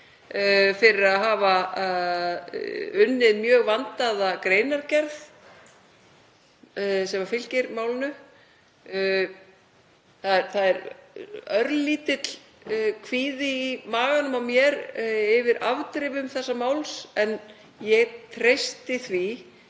fyrir að hafa unnið mjög vandaða greinargerð sem fylgir málinu. Það er örlítill kvíði í maganum á mér yfir afdrifum þessa máls, en ég treysti því